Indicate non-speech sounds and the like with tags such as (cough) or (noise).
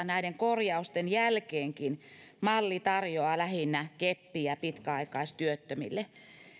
(unintelligible) näiden korjausten jälkeenkin malli tarjoaa lähinnä keppiä pitkäaikaistyöttömille